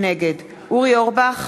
נגד אורי אורבך,